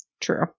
true